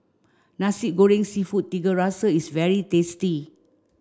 Nasi Goreng Seafood Tiga Rasa is very tasty